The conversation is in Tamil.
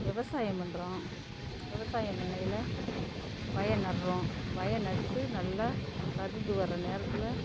விவசாயம் பண்ணுறோம் விவசாயம் பண்ணயில்ல வயல் நடுறோம் வய நட்டு நல்லா கருது வர்ற நேரத்தில்